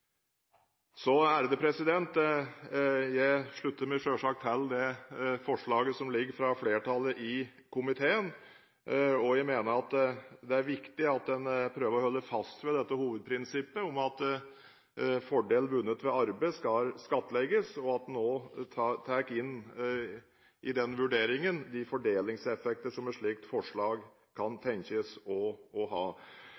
Jeg slutter meg selvsagt til det forslaget som ligger her fra flertallet i komiteen. Jeg mener det er viktig at en prøver å holde fast ved hovedprinsippet om at fordel vunnet ved arbeid skal skattlegges, og at en også tar inn i den vurderingen de fordelingseffekter et slikt forslag kan